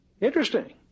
Interesting